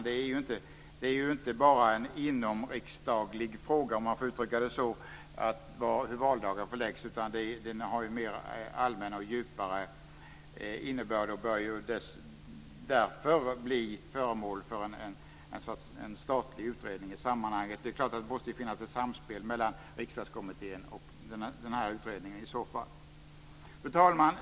Det är så att säga inte bara en riksdagsintern fråga hur valdagen förläggs, utan den har också en allmännare och djupare innebörd och bör därför bli föremål för en statlig utredning i detta sammanhang. Det måste i så fall kunna bli ett samspel mellan Riksdagskommittén och den utredningen. Fru talman!